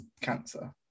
cancer